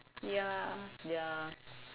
ya ya